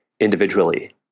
individually